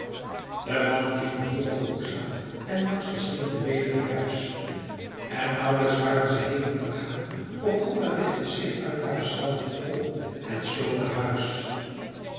de mannen gingen hierop behoedzaam en langs verschillende wegen naar huis en nauwelijks waren ze henengegaan of gonda richtte zich uit haren schuilhoek op en sloop naar huis